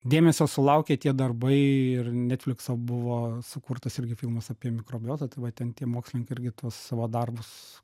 dėmesio sulaukė tie darbai ir netflikso buvo sukurtas irgi filmas apie mikrobiotą tai va ten tie mokslininkai irgi tuos savo darbus